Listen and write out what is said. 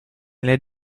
les